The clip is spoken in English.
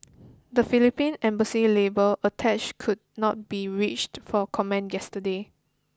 the Philippine Embassy's labour attache could not be reached for comment yesterday